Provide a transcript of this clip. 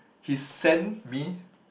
he send me